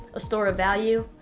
a store of value,